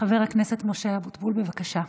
חבר הכנסת משה אבוטבול, בבקשה.